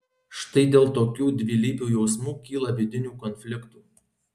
štai dėl tokių dvilypių jausmų kyla vidinių konfliktų